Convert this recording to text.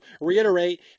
reiterate